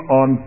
on